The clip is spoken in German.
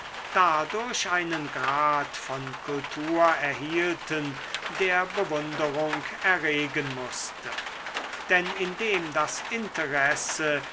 dadurch einen grad von kultur erhielten der bewunderung erregen mußte denn indem das interesse